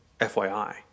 FYI